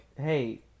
hey